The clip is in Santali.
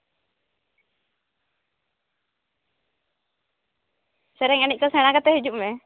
ᱥᱮᱨᱮᱧ ᱮᱱᱮᱡ ᱠᱚ ᱥᱮᱬᱟ ᱠᱟᱛᱮᱫ ᱦᱤᱡᱩᱜ ᱢᱮ